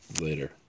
later